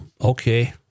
okay